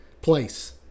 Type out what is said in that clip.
place